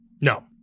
No